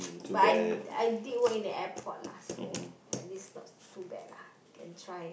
but I I did work in the airport lah so at least not too bad lah can try